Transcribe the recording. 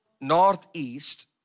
Northeast